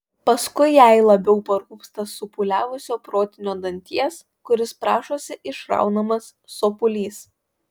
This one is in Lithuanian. paskui jai labiau parūpsta supūliavusio protinio danties kuris prašosi išraunamas sopulys